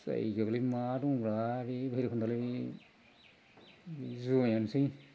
जायगायाबोलाय मा दंब्रा बे भैराबकुन्द'आलाय बे जुवायानोसै